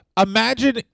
Imagine